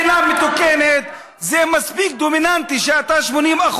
ענת ברקו, שימי לב.